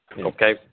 Okay